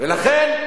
לכן